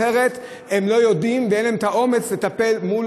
אחרת הם לא יודעים ואין להם האומץ לטפל בתלונות